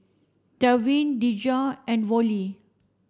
Trevin Dejah and Vollie